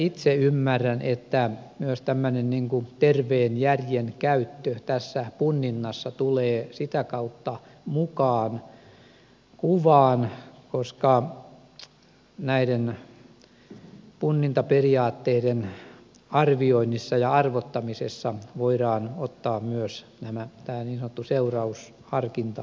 itse ymmärrän että myös terveen järjen käyttö tässä punninnassa tulee sitä kautta mukaan kuvaan että näiden punnintaperiaatteiden arvioinnissa ja arvottamisessa voidaan ottaa myös niin sanottu seurausharkinta huomioon